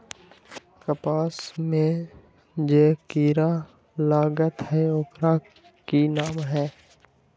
कपास में जे किरा लागत है ओकर कि नाम है?